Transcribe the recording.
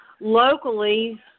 locally